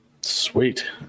Sweet